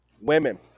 women